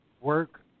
work